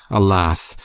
alas,